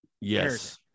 yes